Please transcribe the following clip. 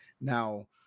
Now